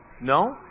no